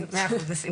כן, 100 אחוז, בשמחה.